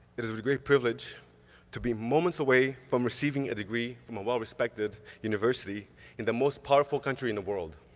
it is with great privilege to be moments away from receiving a degree from a well-respected university in the most powerful country in the world.